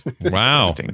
wow